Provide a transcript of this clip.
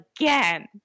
again